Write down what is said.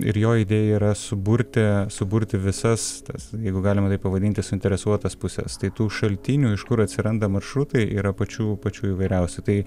ir jo idėja yra suburti suburti visas tas jeigu galima pavadinti suinteresuotas puses tai tų šaltinių iš kur atsiranda maršrutai yra pačių pačių įvairiausių tai